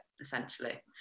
essentially